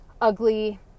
ugly